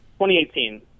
2018